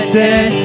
dead